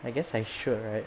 I guess I should right